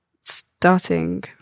starting